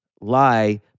lie